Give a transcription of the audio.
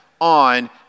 on